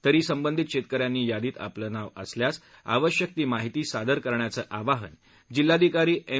तरी संबंधित शेतकऱ्यांनी यादीत आपलं नाव असल्यास त्वरीत आवश्यक ती माहिती सादर करण्याचं आवाहन जिल्हाधिकारी एम